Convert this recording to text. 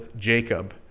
Jacob